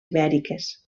ibèriques